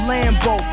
Lambo